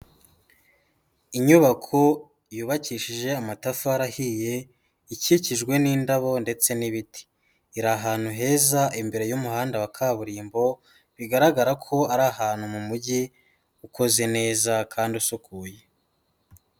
Inyubako yubakishije amatafari ahiye, ikikijwe n'indabo ndetse n'ibiti, iri ahantu heza imbere y'umuhanda wa kaburimbo, bigaragara ko ari ahantu mu mujyi ukoze neza kandi usukuye.